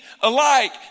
alike